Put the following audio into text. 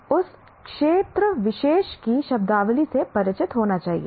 उस क्षेत्र विशेष की शब्दावली से परिचित होना चाहिए